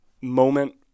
moment